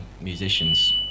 musicians